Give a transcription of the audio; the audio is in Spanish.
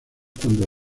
cuando